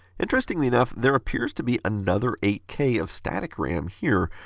interestingly enough, there appears to be another eight k of static ram here,